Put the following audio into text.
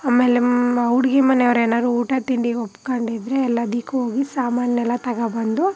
ಆಮೇಲೆ ಮ ಹುಡುಗಿ ಮನೆಯವ್ರೇನಾರು ಊಟ ತಿಂಡಿಗೆ ಒಪ್ಕೊಂಡಿದ್ರೆ ಎಲ್ಲದಕ್ಕೂ ಹೋಗಿ ಸಾಮಾನೆಲ್ಲ ತಗೊಂಡ್ಬಂದು